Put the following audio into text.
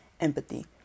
empathy